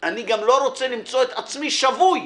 אני גם לא רוצה למצוא את עצמי שבוי